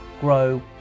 grow